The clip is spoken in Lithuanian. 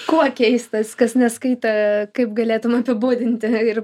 kuo keistas kas neskaitė kaip galėtum apibūdinti ir